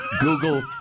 Google